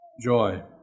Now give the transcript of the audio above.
joy